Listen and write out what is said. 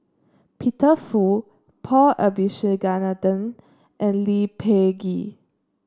Peter Fu Paul Abisheganaden and Lee Peh Gee